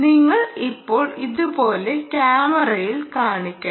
നിങ്ങൾ ഇപ്പോൾ ഇതുപോലെ ക്യാമറയിൽ കാണിക്കണം